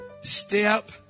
step